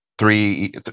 Three